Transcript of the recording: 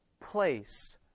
place